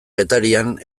getarian